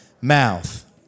mouth